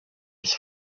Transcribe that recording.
its